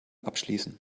abschließen